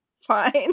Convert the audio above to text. fine